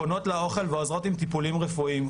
קונות לה אוכל ועוזרות עם טיפולים רפואיים.